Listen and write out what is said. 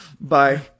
Bye